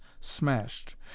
smashed